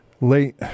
late